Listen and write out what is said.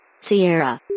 Sierra